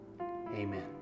amen